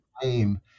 claim